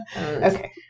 okay